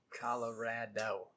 Colorado